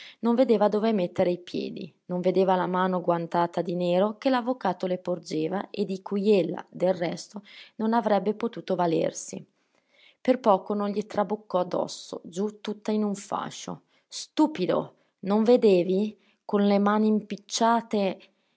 non vedeva dove mettere i piedi non vedeva la mano guantata di nero che l'avvocato le porgeva e di cui ella del resto non avrebbe potuto valersi per poco non gli traboccò addosso giù tutta in un fascio stupido non vedevi con le mani impicciate